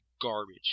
garbage